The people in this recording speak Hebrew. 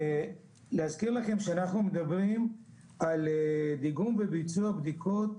להזכיר לכם שאנחנו מדברים על דיגום וביצוע בדיקות